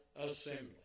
assembly